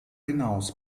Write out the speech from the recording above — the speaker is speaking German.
hinaus